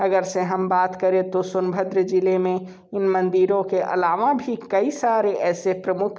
अगरचे हम बात करें तो सोनभद्र ज़िले में इन मंदिरों के अलावा भी कई सारे ऐसे प्रमुख